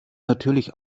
natürlich